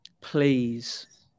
Please